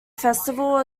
festival